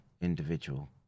individual